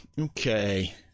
Okay